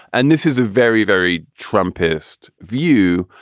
and this is a very, very trump pist view.